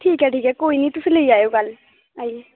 ठीक ऐ ठीक ऐ कोई निं तुस लेई आवेओ कल्ल